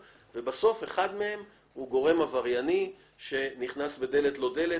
כאשר אחד מתוכם הוא גורם עברייני שנכנס בדלת לא דלת.